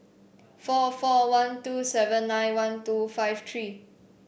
four four one two seven nine one two five three